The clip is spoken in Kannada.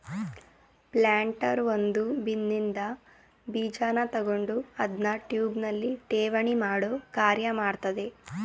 ಪ್ಲಾಂಟರ್ ಒಂದು ಬಿನ್ನಿನ್ದ ಬೀಜನ ತಕೊಂಡು ಅದ್ನ ಟ್ಯೂಬ್ನಲ್ಲಿ ಠೇವಣಿಮಾಡೋ ಕಾರ್ಯ ಮಾಡ್ತದೆ